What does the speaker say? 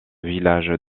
village